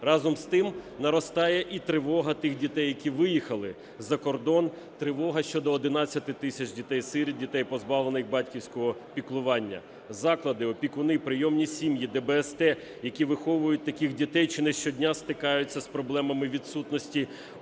Разом з тим, наростає і тривога за тих дітей, які виїхали за кордон, тривога щодо 11 тисяч дітей-сиріт, дітей, позбавлених батьківського піклування. Заклади, опікуни і прийомні сім'ї, ДБСТ, які виховують таких дітей, чи не щодня стикаються з проблемами відсутності